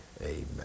Amen